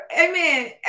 Amen